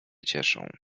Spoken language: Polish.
cieszą